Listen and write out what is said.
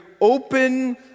open